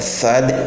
third